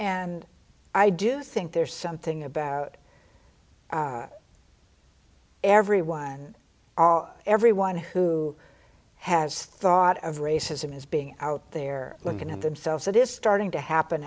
and i do think there's something about everyone all everyone who has thought of racism is being out there looking at themselves it is starting to happen